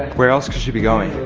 where else could she be going?